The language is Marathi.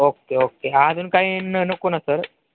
ओक्के ओके अजून काही न नको ना सर